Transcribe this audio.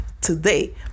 today